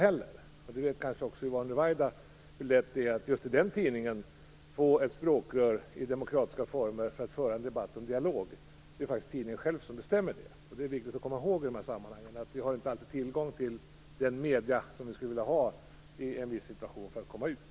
Yvonne Ruwaida vet kanske också hur lätt det är att just i den tidningen få ett språkrör i demokratiska former för att föra en debatt och en dialog. Det är faktiskt tidningen själv som bestämmer det. Det är viktigt att komma ihåg i de här sammanhangen att vi inte alltid har tillgång till de medier vi skulle vilja ha för att nå ut i en viss situation.